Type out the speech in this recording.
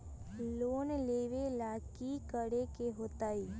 Loan लेवेला की करेके होतई?